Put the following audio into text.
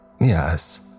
yes